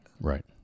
Right